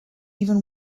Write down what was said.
even